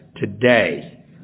today